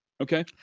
okay